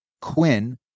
Quinn